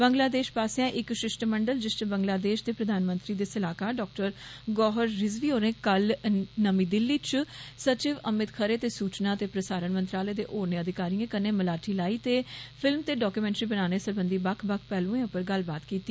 बांगलादेश पास्सेआ इक शिष्टमंडल जिस च बंगलादेश दे प्रधानमंत्री दे सलाहकार डॉ गौहर रिजवी होरें कल नमीं दिल्ली च सचिव अमित खरे ते सूचना ते प्रसारण मंत्रालय दे होरनें अधिकारिएं कन्नै मलाटी लाई ते फिल्म ते डाक्यूमेंट्री बनाने सरबंधी बक्ख बक्ख पहलुएं उप्पर गल्लबात कीती